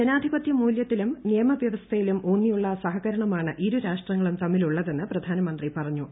ജനാധിപത്യ മൂലൃത്തിലും നിയമവ്യവസ്ഥയിലും ഊന്നിയുള്ള സഹകരണമാണ് ഇരു രാഷ്ട്രങ്ങളും തമ്മിലുള്ളതെന്ന് പ്രധാനമന്ത്രി പറഞ്ഞു